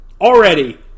already